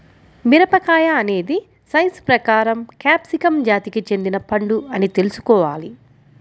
మిరపకాయ అనేది సైన్స్ ప్రకారం క్యాప్సికమ్ జాతికి చెందిన పండు అని తెల్సుకోవాలి